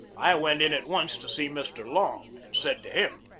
i went in at once to see mr. long, and said to him